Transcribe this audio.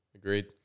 Agreed